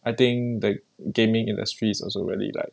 I think the gaming industry is also really like